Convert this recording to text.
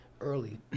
early